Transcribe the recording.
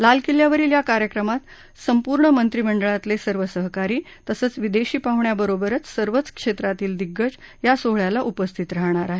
लाल किल्यावरील या कार्यक्रमात संपूर्ण मंत्री मंडळातले सर्व सहकारी तसंच विदेशी पाहुण्यांबरोबरच सर्वच क्षेत्रातील दिग्गज या सोहळ्याला उपस्थित राहणार आहेत